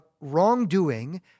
wrongdoing